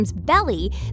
belly